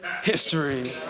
history